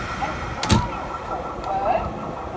and signs for words,